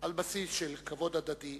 על בסיס של כבוד הדדי,